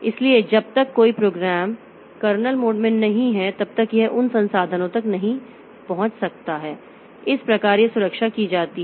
इसलिए जब तक कोई प्रोग्राम कर्नेल मोड में नहीं है तब तक यह उन संसाधनों तक नहीं पहुंच सकता है इस प्रकार यह सुरक्षा की जाती है